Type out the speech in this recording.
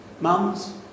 Mums